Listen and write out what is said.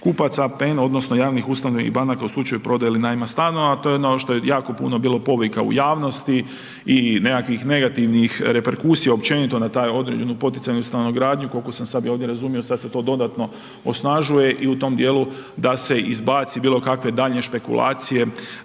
kupaca APN, odnosno javnih ustanova i banaka u slučaju prodaje ili najma stanova, a to je ono što je jako puno bilo povika u jasnosti i nekakvih negativnih reperkusija općenito na taj određenu poticajnu stanogradnju, koliko sam sad i ovdje razumio, sad se to dodatno osnažuje i u tom dijelu da se izbaci bilo kakve daljnje špekulacije